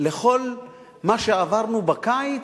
לכל מה שעברנו בקיץ?